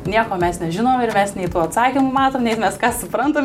nieko mes nežinom ir mes nei tų atsakymų matom nei mes ką suprantam